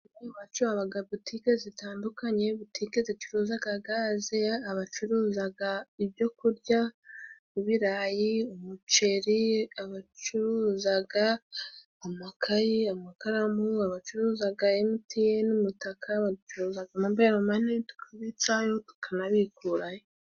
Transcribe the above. Hano iwacu haba butiki zitandukanye, butike zicuruza gaze, abacuruza ibyo kurya nk'ibirayi, umuceri, abacuruza amakaye, amakaramu, abacuruza MTN umutaka, bacuruzaga mobayiro mani, tukabitsayo tukanabikurayo.